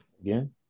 Again